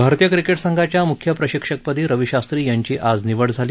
भारतीय क्रिकेट संघाच्या मुख्य प्रशिक्षकपदी रवी शास्त्री यांची आज निवड झाली